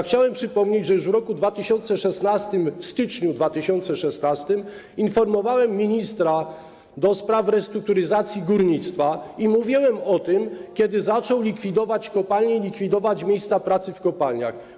Chciałem przypomnieć, że już w roku 2016, w styczniu 2016 r., informowałem ministra ds. restrukturyzacji górnictwa i mówiłem o tym, kiedy zaczął likwidować kopalnie i likwidować miejsca pracy w kopalniach.